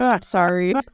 Sorry